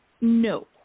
No